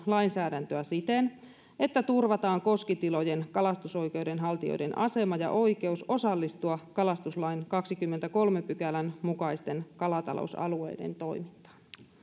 lainsäädäntöä siten että turvataan koskitilojen kalastusoikeuden haltijoiden asema ja oikeus osallistua kalastuslain kahdennenkymmenennenkolmannen pykälän mukaisten kalatalousalueiden toimintaan